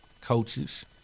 coaches